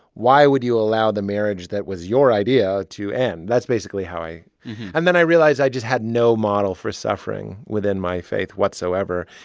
why would you allow the marriage that was your idea to end? that's basically how i and then i realized i just had no model for suffering within my faith whatsoever.